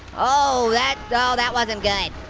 oh that, oh that wasn't good.